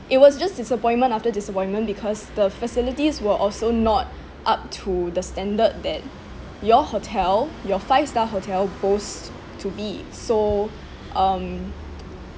it was just disappointment after disappointment because the facilities were also not up to the standard that your hotel your five star hotel boasts to be so um